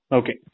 okay